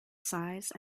size